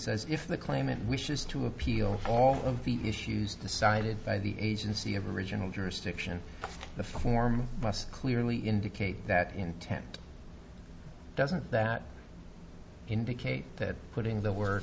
says if the claimant wishes to appeal all of the issues decided by the agency of original jurisdiction the form must clearly indicate that intent doesn't that indicate that putting th